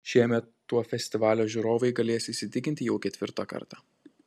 šiemet tuo festivalio žiūrovai galės įsitikinti jau ketvirtą kartą